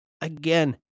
Again